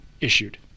issued